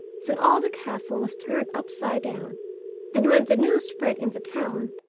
then all the castle was turned upside down and when the news spread in the town,